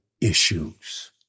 issues